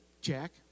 Jack